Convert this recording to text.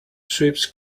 sweeps